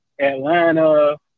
atlanta